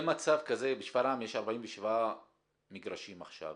בשפרעם יש 47 מגרשים עכשיו.